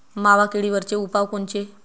मावा किडीवरचे उपाव कोनचे?